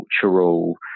cultural